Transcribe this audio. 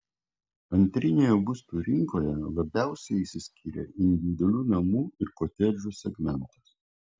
antrinėje būsto rinkoje labiausiai išsiskyrė individualių namų ir kotedžų segmentas